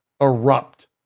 erupt